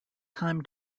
time